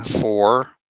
four